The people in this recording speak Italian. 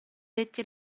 detti